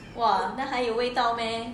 !wah! 那还有味道 meh